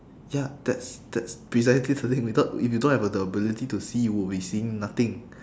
ya that's that's precisely the thing without if we don't have a the ability to see we will be seeing nothing